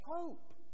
hope